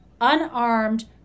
unarmed